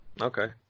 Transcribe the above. Okay